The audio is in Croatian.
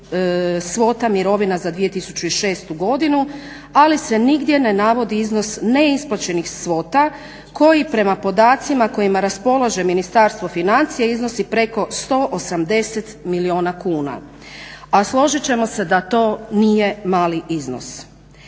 svota mirovina za 2006. godinu ali se nigdje ne navodi iznos neisplaćenih svota koje prema podacima kojima raspolaže Ministarstvo financija iznosi preko 180 milijuna kuna, a složit ćemo se da to nije mali iznos.